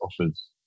offers